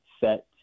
set